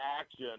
Action